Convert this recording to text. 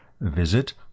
visit